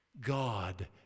God